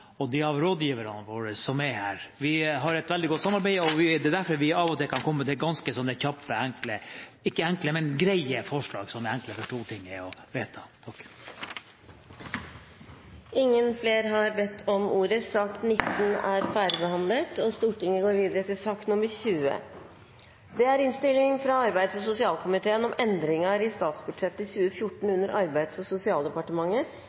til de av rådgiverne våre som er her. Vi har et veldig godt samarbeid. Det er derfor vi av og til kan komme fram til ganske kjappe – ikke enkle – men greie forslag, som det er enkelt for Stortinget å vedta. Flere har ikke bedt om ordet til sak nr. 19. Som Johnny Ingebrigtsen sa, er det stort sett også mye godt arbeid i arbeids- og sosialkomiteen,